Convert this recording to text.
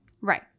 Right